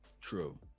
True